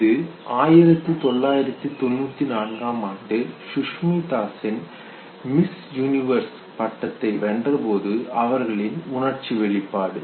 இது 1994 ஆம் ஆண்டு சுஷ்மிதாசென் மிஸ் யுனிவர்ஸ் பட்டத்தை வென்ற போது அவர்களின் உணர்ச்சி வெளிப்பாடு